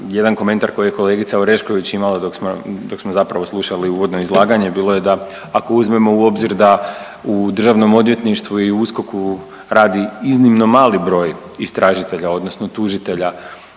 jedan komentar koji je kolegica Orešković imala dok, dok smo zapravo slušali uvodno izlaganje bilo je da ako uzmemo u obzir da u Državnom odvjetništvu i u USKOK-u radi iznimno mali broj istražitelja odnosno tužitelja